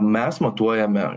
mes matuojame